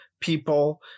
people